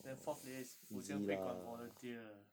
then fourth layer is 福建会馆 volunteer